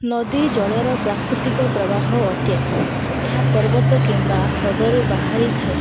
ନଦୀ ଜଳର ପ୍ରାକୃତିକ ପ୍ରବାହ ଅଟେ ଏହା ପର୍ବତ କିମ୍ବା ହ୍ରଦରୁ ବାହାରିଥାଏ